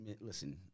listen